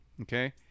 okay